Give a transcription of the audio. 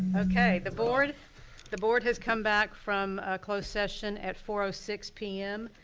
okay, the board the board has come back from closed session at four ah six p m.